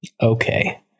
Okay